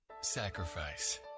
sacrifice